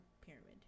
pyramid